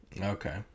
Okay